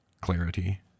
clarity